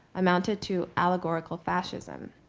amounted to allegorical fascism.